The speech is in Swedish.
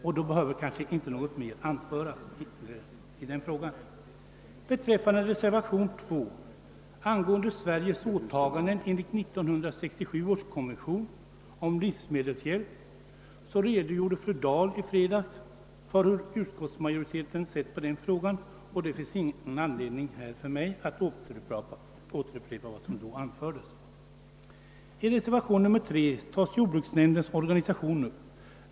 Något mer behöver väl då inte sägas i den frågan. Vad beträffar reservationen 2 angående Sveriges åtaganden enligt 1967 års konvention om livsmedelshjälp, så redogjorde fru Dahl i fredags för hur utskottsmajoriteten sett på den frågan, och det finns ingen anledning för mig att nu återupprepa vad som då anfördes. I reservation 3 tas frågan om jordbruknämndens organisation upp.